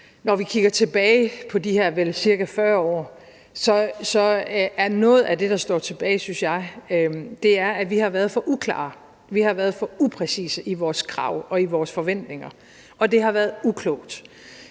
når vi kigger tilbage på de her ca. 40 år, er noget af det, der står tilbage – synes jeg – at vi har været for uklare, at vi har været for upræcise i vores krav og vores forventninger. Det har været uklogt,